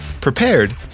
prepared